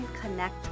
connect